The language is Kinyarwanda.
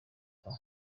pas